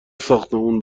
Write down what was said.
ساختمون